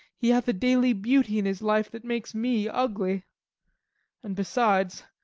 he hath a daily beauty in his life that makes me ugly and besides,